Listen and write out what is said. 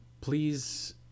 please